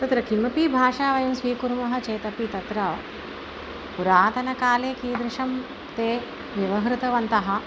तत्र किमपि भाषा वयं स्वीकुर्मः चेदपि तत्र पुरातनकाले कीदृशं ते व्यवहृतवन्तः